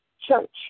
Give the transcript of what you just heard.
church